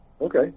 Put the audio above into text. okay